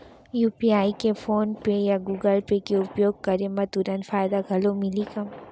UPI के PhonePe या Google Pay के उपयोग करे म तुरंत फायदा घलो मिलही का?